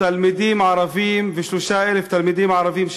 תלמידים ערבים שובתים.